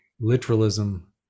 literalism